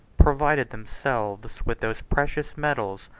provided themselves with those precious metals,